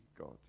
God